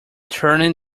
turning